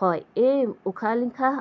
হয় এই উশাহ নিশাহ